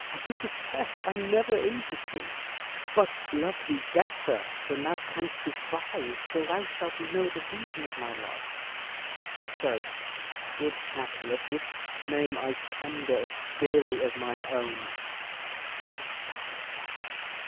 do protest i never injur'd thee but love thee better than thou canst devise till thou shalt know the reason of my love and so good capulet which name i tender as dearly as mine own be satisfied.